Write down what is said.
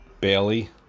Bailey